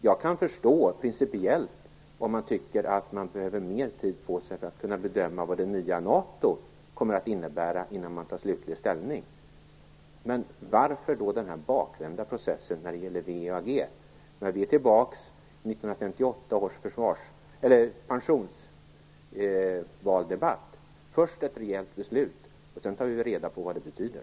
Jag kan förstå principiellt om man tycker sig behöva mer tid för att kunna bedöma vad det nya NATO kommer att innebära innan man tar slutlig ställning. Men varför den här bakvända processen när det gäller Vi är tillbaka i 1958 års pensionsvaldebatt: först ett rejält beslut, och sedan tar vi reda på vad det betyder.